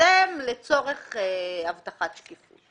לפרסם לצורך הבטחת שקיפות.